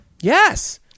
Yes